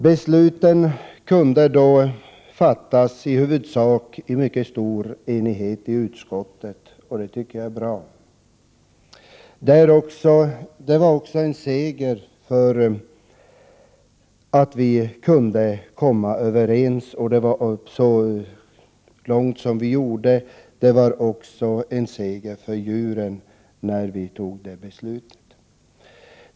Besluten kunde då fattas under i huvudsak stor enighet i utskottet — och det är bra. Det var en seger att vi kunde komma överens så långt som faktiskt blev fallet, och det var också en seger för djuren att detta beslut fattades.